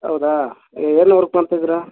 ಹೌದಾ ಏನು ವರ್ಕ್ ಮಾಡ್ತಿದ್ದೀರಾ